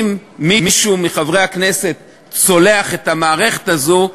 אם מישהו מחברי הכנסת צולח את המערכת הזו,